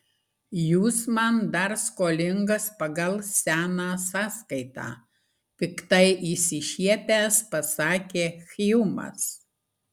jūs man dar skolingas pagal seną sąskaitą piktai išsišiepęs pasakė hjumas